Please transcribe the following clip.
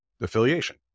affiliation